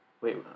wait